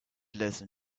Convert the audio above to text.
listen